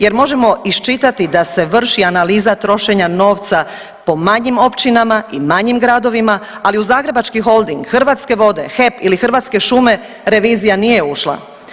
Jer možemo iščitati da se vrši analiza trošenja novca po manjim općinama i manjim gradovima, ali u Zagrebački holding, Hrvatske vode, HEP ili Hrvatske šume revizija nije ušla.